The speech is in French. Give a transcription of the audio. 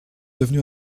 devenu